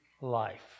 life